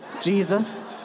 Jesus